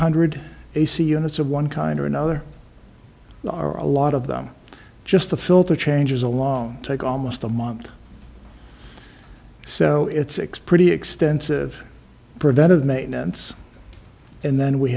hundred ac units of one kind or another there are a lot of them just the filter changes along take almost a month so it's pretty extensive preventive maintenance and then we